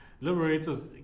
liberators